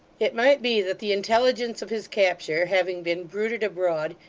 it might be that the intelligence of his capture having been bruited abroad,